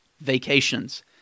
vacations